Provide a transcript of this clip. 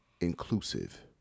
inclusive